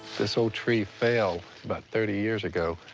this old tree fell about thirty years ago.